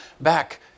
back